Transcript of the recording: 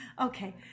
Okay